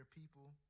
people